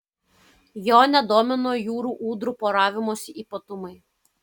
jo nedomino jūrų ūdrų poravimosi ypatumai